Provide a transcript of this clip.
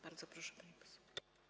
Bardzo proszę, pani poseł.